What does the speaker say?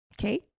Okay